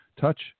Touch